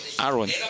Aaron